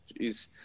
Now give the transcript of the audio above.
Jeez